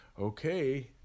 Okay